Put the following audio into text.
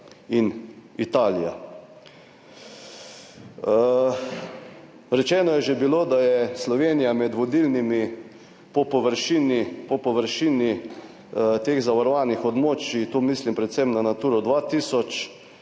in Italija. Rečeno je že bilo, da je Slovenija med vodilnimi po površini teh zavarovanih območij, tu mislim predvsem na Naturo 2000.